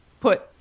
put